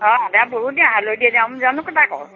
অঁ আদাৰ বহুত দাম হালধিৰ দাম জানো তাকৰ